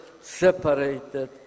separated